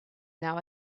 now